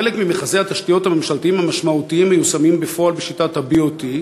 חלק ממכרזי התשתיות הממשלתיים המשמעותיים מיושמים בפועל בשיטת ה-BOT,